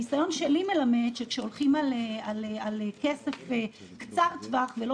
הניסיון שלי מלמד שכשהולכים על כסף קצר טווח ולא